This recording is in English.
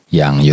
yang